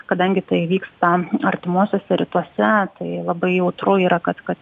kadangi tai vyksta artimuosiuose rytuose tai labai jautru yra kad kad